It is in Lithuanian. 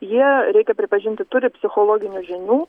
jie reikia pripažinti turi psichologinių žinių